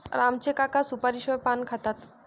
राम चे काका सुपारीशिवाय पान खातात